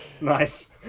nice